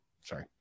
Sorry